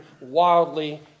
wildly